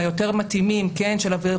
אבל יש שינוי מהותי בין מה שהיה לפני 20 שנה לבין